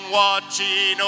watching